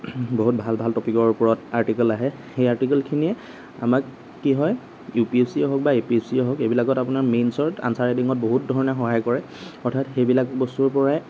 বহুত ভাল ভাল টপিকৰ ওপৰত আৰ্টিকল আহে সেই আৰ্টিকলখিনিয়ে আমাক কি হয় ইউপিএছচিয়ে হওক বা এপিছচিয়েই হওক এইবিলাকত আপোনাৰ মেইনছত আনছাৰ ৰাইটিঙত বহুত ধৰণে সহায় কৰে অৰ্থাৎ সেইবিলাক বস্তুৰ পৰাই